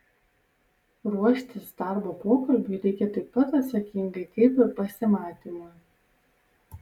ruoštis darbo pokalbiui reikia taip pat atsakingai kaip ir pasimatymui